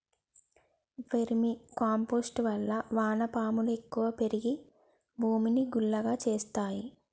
vermi compost వల్ల వాన పాములు ఎక్కువ పెరిగి భూమిని గుల్లగా చేస్తాయి